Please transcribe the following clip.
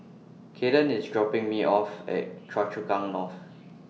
Kaden IS dropping Me off At Choa Chu Kang North